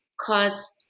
cause